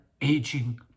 aging